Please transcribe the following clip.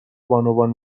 بانوان